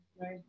Right